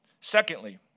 Secondly